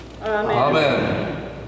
Amen